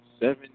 seven